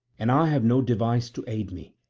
and i have no device to aid me.